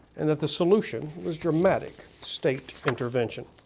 and that the solution was dramatic state intervention.